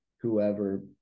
whoever